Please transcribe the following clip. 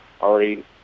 already